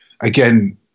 again